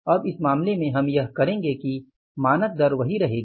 अब इस मामले में हम यह करेंगे कि मानक दर वही रहेगी